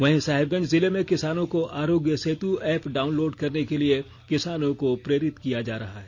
वहीं साहिबगंज जिले में किसानों को Aarogya Setu app download करने के लिए किसानों को प्रेरित किया जा रहा है